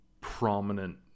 prominent